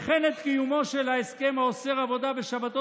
וכן את קיומו של ההסכם האוסר עבודה בשבתות